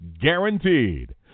guaranteed